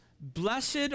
blessed